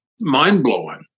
mind-blowing